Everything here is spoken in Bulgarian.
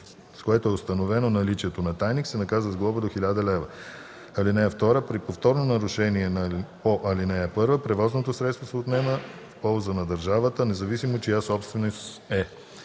в което е установено наличието на тайник, се наказва с глоба до 1000 лв. (2) При повторно нарушение по ал. 1 превозното средство се отнема в полза на държавата, независимо чия собственост е.“